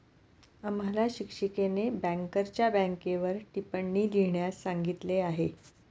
आम्हाला शिक्षिकेने बँकरच्या बँकेवर टिप्पणी लिहिण्यास सांगितली आहे